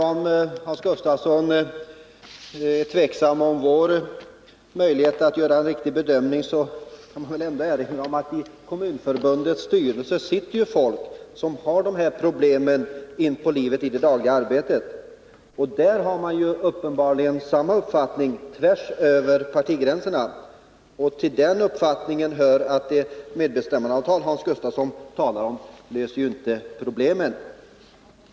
Om Hans Gustafsson är tveksam om våra möjligheter att göra en riktig bedömning, vill jag ändå erinra om att i Kommunförbundets styrelse sitter folk som har dessa problem in på livet i det dagliga arbetet. Där har man uppenbarligen samma uppfattning tvärsöver partigränserna. Till den uppfattningen hör att det medbestämmandeavtal Hans Gustafsson talar om inte löser problemen.